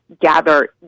gather